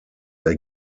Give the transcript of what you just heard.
they